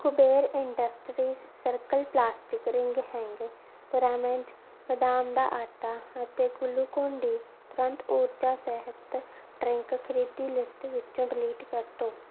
Kuber industries circle plastic ring hanger ਪੁਰਾਮੇਟ ਬਦਾਮ ਦਾ ਆਟਾ ਅਤੇ ਗਲੂਕੋਨ ਡੀ ਤੁਰੰਤ ਊਰਜਾ ਸਿਹਤ ਡਰਿੰਕ ਖਰੀਦੀ ਲਿਸਟ ਵਿੱਚੋਂ ਡਿਲੀਟ ਕਰ ਦਿਉ